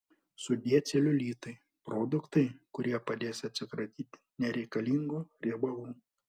sudie celiulitui produktai kurie padės atsikratyti nereikalingų riebalų